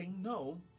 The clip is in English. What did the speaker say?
no